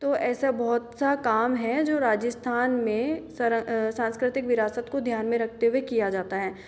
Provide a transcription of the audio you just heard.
तो ऐसा बहुत सा काम है जो राजस्थान में सरा सांस्कृतिक विरासत को ध्यान में रखते हुए किया जाता है